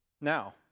Now